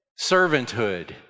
servanthood